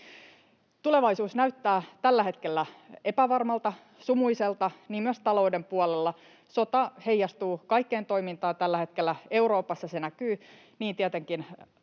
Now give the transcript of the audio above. Tulevaisuus näyttää tällä hetkellä epävarmalta, sumuiselta, ja niin myös talouden puolella. Sota heijastuu kaikkeen toimintaan tällä hetkellä. Euroopassa se näkyy tietenkin